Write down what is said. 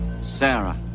sarah